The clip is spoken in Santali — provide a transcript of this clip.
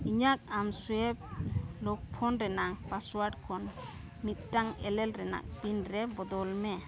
ᱤᱧᱟᱹᱜ ᱮᱢᱥᱳᱣᱟᱭᱤᱯ ᱞᱚᱠ ᱯᱷᱳᱱ ᱨᱮᱱᱟᱜ ᱯᱟᱥᱚᱣᱟᱨᱰ ᱠᱷᱚᱱ ᱢᱤᱫᱴᱟᱝ ᱮᱞᱮᱞ ᱨᱮᱱᱟᱜ ᱯᱤᱱ ᱨᱮ ᱵᱚᱫᱚᱞ ᱢᱮ